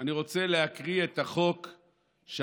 אני רוצה להקריא את החוק שהממשלה,